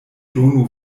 donu